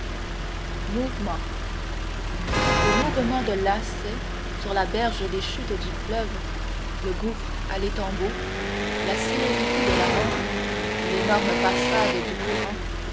mouvement le mouvement de lacet sur la berge des chutes du fleuve le gouffre à l'étambot la célérité de la rampe l'énorme passade du courant